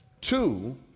Two